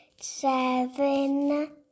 seven